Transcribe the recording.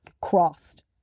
crossed